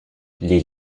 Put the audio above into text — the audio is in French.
les